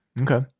Okay